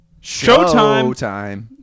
Showtime